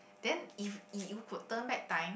then if you could turn back time